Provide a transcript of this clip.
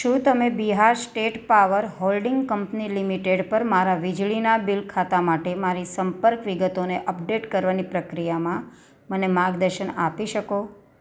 શું તમે Bihar State Power Holding Company Limited પર મારાં વીજળીનાં બિલ ખાતા માટે મારી સંપર્ક વિગતોને અપડેટ કરવાની પ્રક્રિયામાં મને માર્ગદર્શન આપી શકો